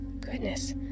Goodness